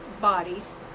bodies